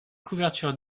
couvertures